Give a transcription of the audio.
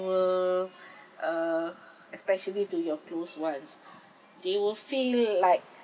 will uh especially to your close [ones] they will feel like